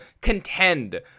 contend